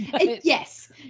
Yes